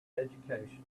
education